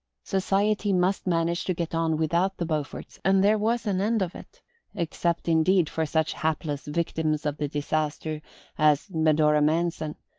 society must manage to get on without the beauforts, and there was an end of it except indeed for such hapless victims of the disaster as medora manson,